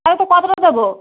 ওই তো কতোটা দেবো